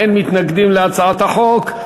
באין מתנגדים להצעת החוק.